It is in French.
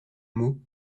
mot